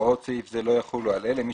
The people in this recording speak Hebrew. הוראות סעיף זה לא יחולו על אלה: מי